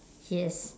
yes